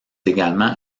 également